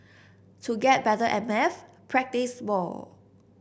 to get better at maths practise more